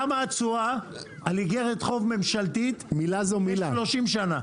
כמה התשואה על איגרת חוב ממשלתית ל-30 שנה?